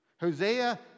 Hosea